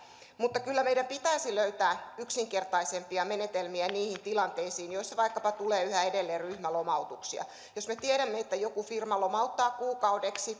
mutta kyllä meidän pitäisi löytää yksinkertaisempia menetelmiä niihin tilanteisiin joissa vaikkapa tulee yhä edelleen ryhmälomautuksia jos me tiedämme että joku firma lomauttaa kuukaudeksi